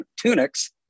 tunics